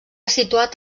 situat